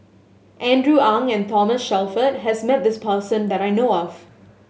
Andrew Ang and Thomas Shelford has met this person that I know of